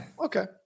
Okay